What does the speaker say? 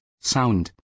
sound